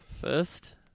First